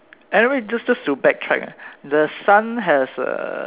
anyway just just to back track ah the sun has a